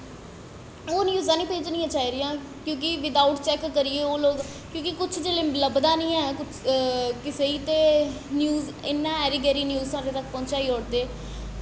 ओह् न्यूज़ां निं भेजनियां चाहिदियां क्योंकि बिद अऊट चैक्क करियै ओह् लोग क्योंकि कुछ लब्भदा निं ऐ कुसै गी ते इ'यां ऐरी गैरी न्यूज़ पहुंचाई ओड़दे